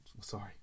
Sorry